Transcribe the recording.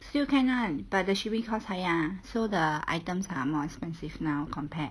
still can [one] but the shipping cost higher ah so the items are more expensive now compared